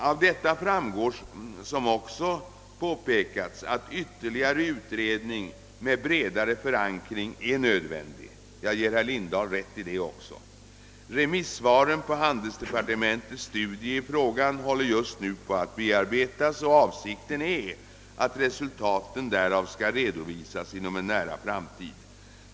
Av detta framgår, som också påpekats, att ytterligare utredning med bredare förankring är nödvändig — jag ger herr Lindahl rätt också i det. Remissvaren på handelsdepartementets studie i frågan håller just nu på att bearbetas, och avsikten är att resultaten skall kunna redovisas inom en nära framtid.